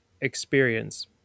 experience